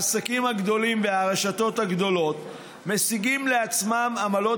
העסקים הגדולים והרשתות הגדולות משיגים לעצמם עמלת